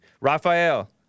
Raphael